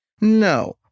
No